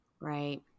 Right